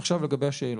עכשיו לגבי השאלות.